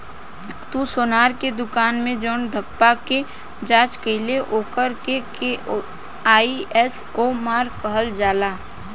तू सोनार के दुकान मे जवन ठप्पा के जाँच कईल ओकर के आई.एस.ओ मार्क कहल जाला